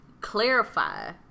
clarify